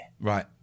Right